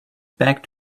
back